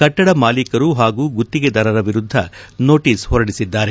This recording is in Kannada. ಕಟ್ಟಡ ಮಾಲೀಕರು ಹಾಗೂ ಗುತ್ತಿಗೆದಾರರ ವಿರುದ್ದ ನೋಟಿಸ್ ಹೊರಡಿಸಿದ್ದಾರೆ